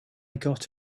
got